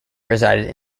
resided